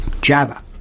Java